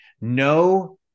No